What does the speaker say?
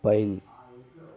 pine